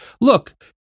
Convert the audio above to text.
Look